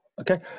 okay